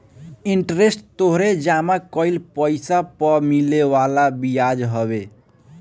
interest तोहरी जमा कईल पईसा पअ मिले वाला बियाज हवे